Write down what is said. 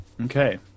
Okay